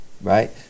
right